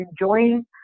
enjoying